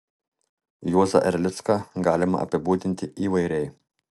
juozą erlicką galima apibūdinti įvairiai